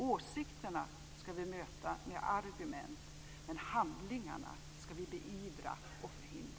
Åsikterna ska vi möta med argument. Men handlingarna ska vi beivra och förhindra.